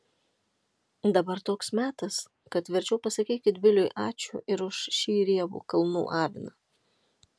dabar toks metas kad verčiau pasakykit biliui ačiū ir už šį riebų kalnų aviną